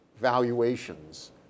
valuations